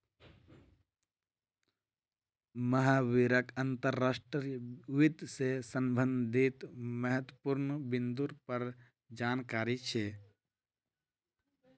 महावीरक अंतर्राष्ट्रीय वित्त से संबंधित महत्वपूर्ण बिन्दुर पर जानकारी छे